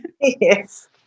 Yes